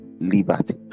liberty